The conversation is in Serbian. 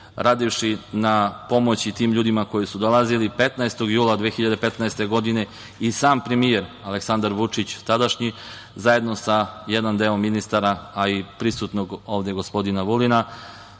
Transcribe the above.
radivši na pomoći tim ljudima koji su dolazili 15. jula 2015. godine i sam premijer Aleksandar Vučić, tadašnji, zajedno sa jednim delom ministara, a i prisutnog ovde gospodina Vulina,